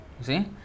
See